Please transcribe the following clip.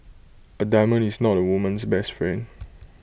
A diamond is not A woman's best friend